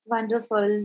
Wonderful